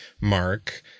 Mark